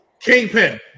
Kingpin